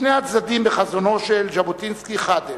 שני הצדדים בחזונו של ז'בוטינסקי חד הם: